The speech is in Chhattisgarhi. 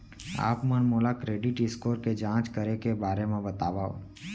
आप मन मोला क्रेडिट स्कोर के जाँच करे के बारे म बतावव?